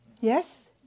Yes